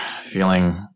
feeling